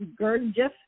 Gurdjieff